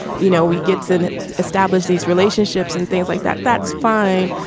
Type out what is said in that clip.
you know, we gets an establish these relationships and things like that. that's fine.